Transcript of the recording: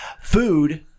Food